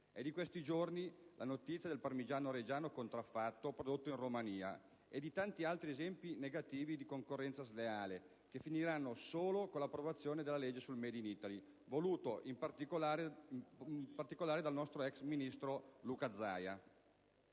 è di questi giorni la notizia del Parmigiano Reggiano contraffatto prodotto in Romania e di tanti altri esempi negativi di concorrenza sleale che finirà solo con l'approvazione del provvedimento sul *made in Italy* voluto dal nostro ex ministro Zaia.